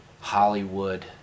Hollywood